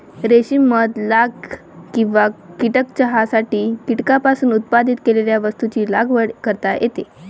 रेशीम मध लाख किंवा कीटक चहासाठी कीटकांपासून उत्पादित केलेल्या वस्तूंची लागवड करता येते